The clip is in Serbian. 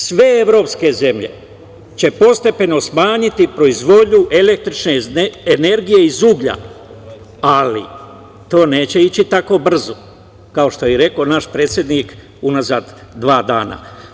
Sve evropske zemlje će postepeno smanjiti proizvodnju električne energije iz uglja, ali to neće ići tako brzo, kao što je i rekao naš predsednik unazad dva dana.